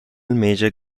major